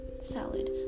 salad